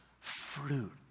fruit